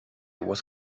was